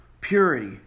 purity